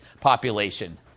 population